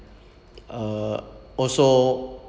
uh also